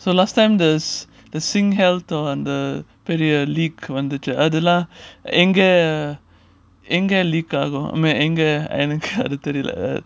so last time the the SingHealth the [one] the premier league வந்துச்சு அதுல எங்க எங்க:vandhuchu adhula enga enga league ஆகும் எங்க எனக்கு அது தெரியல:aagum enga enakku adhu theriyala